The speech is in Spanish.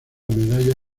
medalla